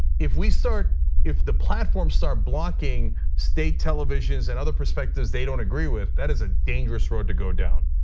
if we start if the platform start blocking state televisions, and other perspectives they don't agree with that is a dangerous road to go down.